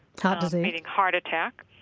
heart disease. meaning heart attack,